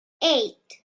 eight